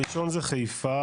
הראשון זה חיפה,